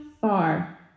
far